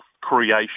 creation